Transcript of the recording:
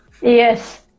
Yes